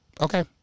Okay